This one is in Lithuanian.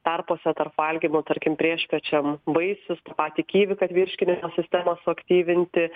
tarpuose tarp valgymų tarkim priešpiečiam vaisius tą patį kivį kad virškinimo sistemą suaktyvinti